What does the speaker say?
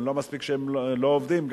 לא מספיק שהם לא עובדים,